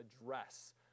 address